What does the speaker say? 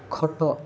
ଖଟ